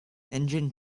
engine